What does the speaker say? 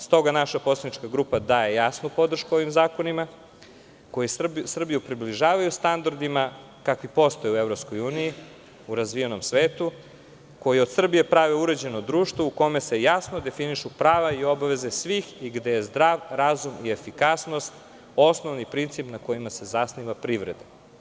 Stoga naša poslanička grupa daje jasnu podršku ovim zakonima koji Srbiju približavaju standardima kakvi postoje u EU u razvijenom svetu, koji od Srbije prave uređeno društvo u kome se jasno definišu prava i obaveze svih i gde su zdrav razum i efikasnost osnovni principi na kojima se zasniva privreda.